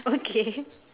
okay